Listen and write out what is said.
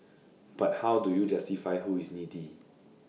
but how do you justify who is needy